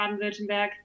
Baden-Württemberg